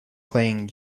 playing